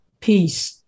Peace